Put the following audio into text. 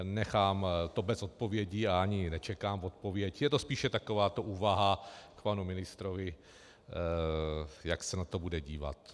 Nechám to bez odpovědi a ani nečekám odpověď, je to spíše takováto úvaha k panu ministrovi, jak se na to bude dívat.